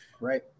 right